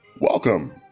Welcome